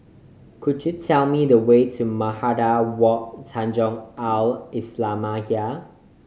could you tell me the way to Madrasah Wak Tanjong Al Islamiah